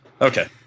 Okay